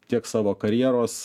tiek savo karjeros